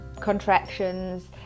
contractions